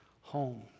home